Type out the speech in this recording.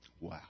Wow